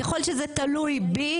ככל שזה תלוי בי,